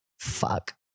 Fuck